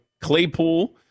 Claypool